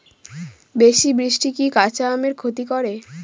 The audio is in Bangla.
বেশি বৃষ্টি কি কাঁচা আমের ক্ষতি করে?